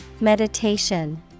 Meditation